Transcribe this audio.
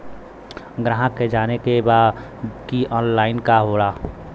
ग्राहक के जाने के बा की ऑनलाइन का होला?